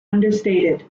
understated